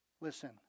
Listen